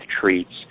treats